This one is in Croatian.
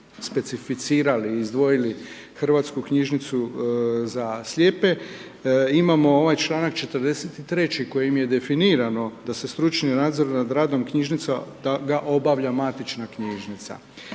Hrvatsku knjižnicu za lijepe,